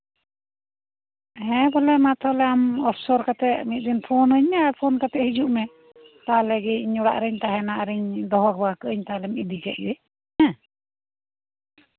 ᱦᱮᱸ ᱛᱟᱞᱦᱮ ᱟᱢ ᱛᱟᱞᱦᱮ ᱢᱤᱫ ᱫᱤᱱ ᱚᱯᱷᱥᱚᱨᱚᱜ ᱢᱮ ᱟᱨ ᱚᱯᱷᱥᱚᱨ ᱠᱟᱛᱮ ᱢᱤᱫ ᱫᱤᱱ ᱯᱷᱳᱱᱟᱹᱧ ᱢᱮ ᱟᱨ ᱯᱷᱳᱱ ᱠᱟᱛᱮ ᱦᱤᱡᱩᱜ ᱢᱮ ᱛᱟᱞᱦᱮ ᱜᱮ ᱤᱧ ᱚᱲᱟᱜ ᱨᱤᱧ ᱛᱟᱦᱮᱸᱱᱟ ᱟᱨ ᱫᱚᱦᱚ ᱵᱟᱲᱟ ᱠᱟᱜ ᱟᱹᱧ ᱛᱟᱞᱦᱮ ᱟᱨᱮᱢ ᱤᱫᱤ ᱠᱮᱜ ᱜᱮ